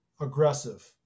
aggressive